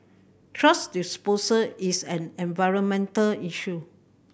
thrash disposal is an environmental issue